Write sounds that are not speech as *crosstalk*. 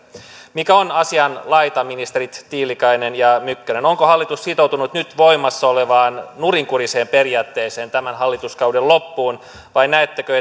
mikä on asianlaita ministerit tiilikainen ja mykkänen onko hallitus sitoutunut nyt voimassa olevaan nurinkuriseen periaatteeseen tämän hallituskauden loppuun vai näettekö *unintelligible*